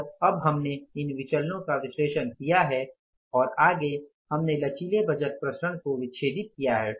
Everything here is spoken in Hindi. और अब हमने इन विचलनो का विश्लेषण किया है और आगे हमने लचीले बजट विचरण को विच्छेदित किया है